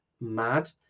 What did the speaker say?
Mad